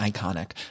Iconic